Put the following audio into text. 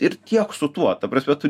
ir tiek su tuo ta prasme tu